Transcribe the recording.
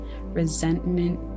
resentment